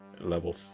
Level